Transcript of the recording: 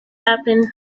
happen